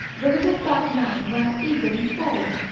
the little fat man ran eagerly forward,